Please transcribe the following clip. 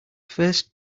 first